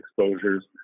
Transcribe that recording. exposures